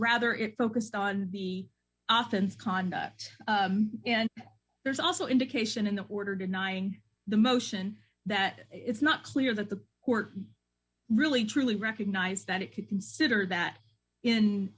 rather it focused on the athens conduct and there's also indication in the order denying the motion that it's not clear that the court really truly recognized that it could consider that in